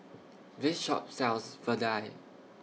This Shop sells Vadai